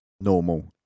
normal